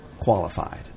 qualified